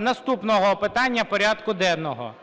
наступного питання порядку денного.